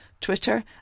Twitter